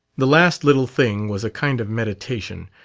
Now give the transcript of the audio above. the last little thing was a kind of meditation,